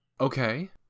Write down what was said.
Okay